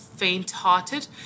faint-hearted